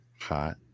hot